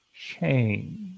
change